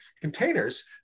containers